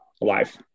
alive